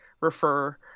refer